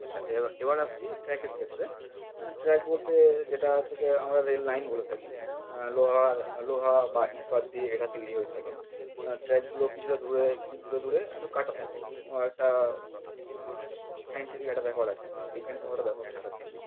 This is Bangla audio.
আচ্ছা এবার আসছি ট্র্যাকের ক্ষেত্রে ট্র্যাক বলতে যেটা হচ্ছে গিয়ে আমরা রেল লাইন বলে থাকি লোহার লোহা বা ইস্পাত দিয়ে এটা তৈরি হয়ে থাকে ট্র্যাকগুলো কিছুটা দূরে কিছু দূরে দূরে একটু কাটা থাকে ও আর একটা সায়েন্টিফিক একটা ব্যাপার আছে বিজ্ঞানসম্মত ব্যাপার থাকার জন্য